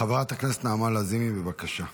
חברת הכנסת נעמה לזימי, בבקשה.